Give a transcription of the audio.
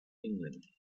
england